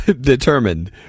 determined